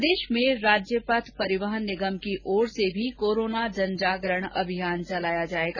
प्रदेश में राज्य पथ परिवहन निगम की ओर से भी कोरोना जन जागरण अभियान चलाया जाएगा